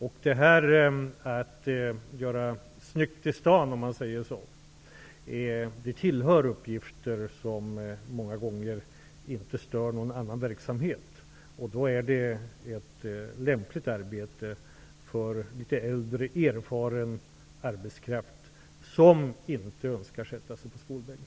Att göra snyggt i staden -- om man säger så -- tillhör uppgifter som många gånger inte stör någon annan verksamhet. Då är det ett lämplig arbete för litet äldre erfaren arbetskraft som inte önskar sätta sig på skolbänken.